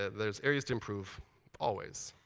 there's areas to improve always.